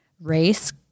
race